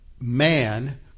man